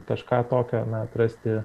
kažką tokio na atrasti